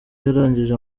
yarangije